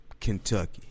Kentucky